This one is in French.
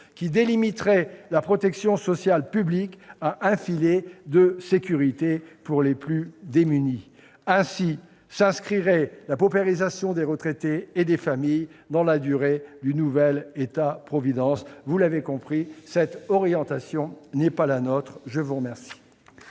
qui limiterait la protection sociale publique à un filet de sécurité pour les plus démunis. Ainsi s'inscrirait la paupérisation des retraités et des familles dans la durée du « nouvel État providence ». Vous l'aurez compris, cette orientation n'est pas la nôtre. La parole